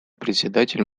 председатель